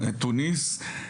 טוניס.